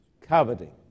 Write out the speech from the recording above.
coveting